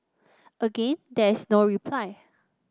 again there is no reply